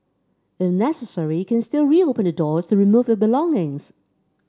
in necessary you can still reopen the doors to remove your belongings